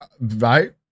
Right